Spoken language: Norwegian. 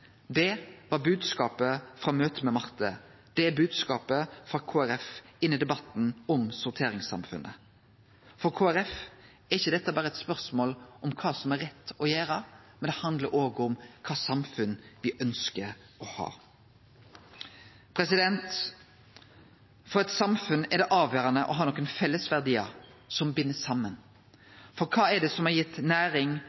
Det var bodskapen frå møtet med Marte. Det er bodskapen frå Kristeleg Folkeparti inn i debatten om sorteringssamfunnet. For Kristeleg Folkeparti er ikkje dette berre eit spørsmål om kva som er rett å gjere, det handlar òg om kva samfunn me ønskjer å ha. For eit samfunn er det avgjerande å ha nokre fellesverdiar som bind